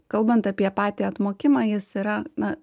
kalbant apie patį atmokimą jis yra na